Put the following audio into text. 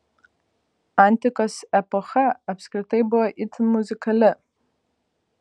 antikos epocha apskritai buvo itin muzikali